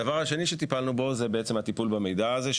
הדבר השני שטיפלנו בו הוא הטיפול במידע הזה,